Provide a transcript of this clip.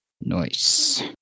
Nice